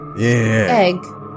Egg